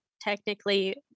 technically